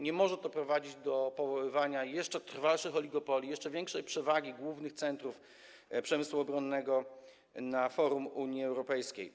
Nie może to prowadzić do powoływania trwałych oligopoli, jeszcze większej przewagi głównych centrów przemysłu obronnego na forum Unii Europejskiej.